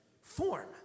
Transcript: form